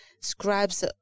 scribes